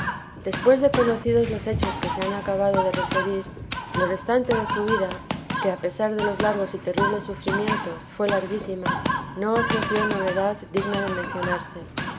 despues de conocidos los lechos que se han acabado de referir lo restante de su vida que á pesar de los largos y terribles sufrimientos fue larguísima no ofreció novedad digna de mencionarse